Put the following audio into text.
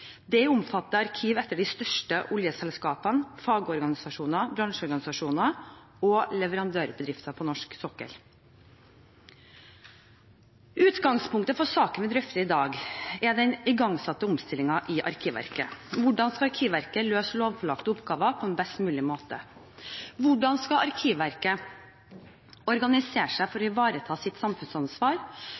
omfatter arkiv etter de største oljeselskapene, fagorganisasjoner, bransjeorganisasjoner og leverandørbedrifter på norsk sokkel. Utgangspunktet for den saken vi drøfter i dag, er den igangsatte omstillingen i Arkivverket. Hvordan skal Arkivverket løse lovpålagte oppgaver på en best mulig måte? Hvordan skal Arkivverket organisere seg for å ivareta sitt samfunnsansvar